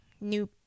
new